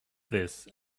this